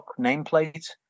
nameplate